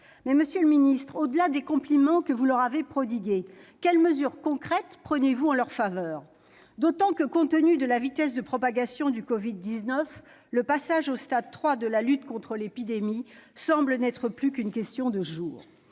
monsieur le ministre, au-delà des compliments que vous leur avez adressés, quelles mesures concrètes prenez-vous en leur faveur ? Compte tenu de la vitesse de propagation du Covid-19, le passage au stade 3 de la lutte contre l'épidémie semble n'être plus qu'une question de jours.